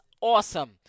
awesome